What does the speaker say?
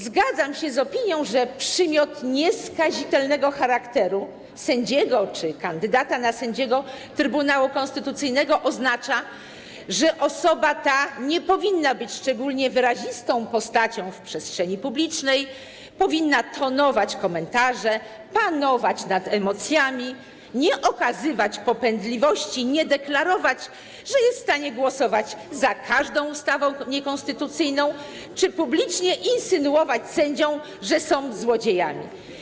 Zgadzam się z opinią, że przymiot nieskazitelnego charakteru sędziego czy kandydata na sędziego Trybunału Konstytucyjnego oznacza, że osoba ta nie powinna być szczególnie wyrazistą postacią w przestrzeni publicznej, powinna tonować komentarze, panować nad emocjami, nie okazywać popędliwości, nie deklarować, że jest w stanie głosować za każdą ustawą niekonstytucyjną czy publicznie insynuować sędziom, że są złodziejami.